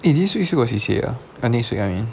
eh this week still got C_C_A ah uh next week I mean